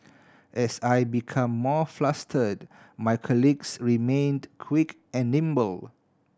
as I become more flustered my colleagues remained quick and nimble